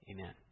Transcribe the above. Amen